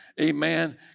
Amen